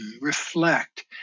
reflect